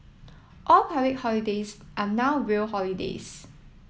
all public holidays are now real holidays